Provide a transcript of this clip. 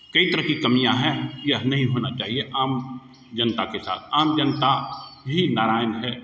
कई तरह की कमियाँ हैं यह नहीं होना चाहिए आम जनता के साथ आम जनता भी नारायण है